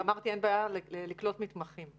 אמרתי שאין בעיה לקלוט מתמחים.